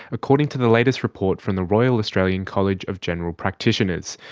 according to the latest report from the royal australian college of general practitioners.